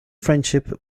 friendship